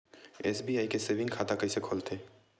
SBI के saving खाता कइसे खोलथे?